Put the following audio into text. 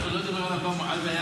אז הוא לא דיבר על 400,